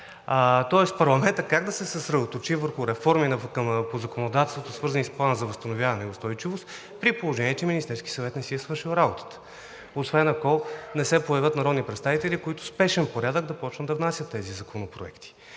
Тоест парламентът как да се съсредоточи върху реформи по законодателството, свързани с Плана за възстановяване и устойчивост, при положение че Министерският съвет не си е свършил работата? Освен ако не се появят народни представители, които в спешен порядък да започнат да внасят тези законопроекти.